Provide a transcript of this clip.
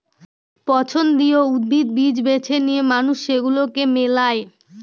পছন্দীয় উদ্ভিদ, বীজ বেছে নিয়ে মানুষ সেগুলাকে মেলায়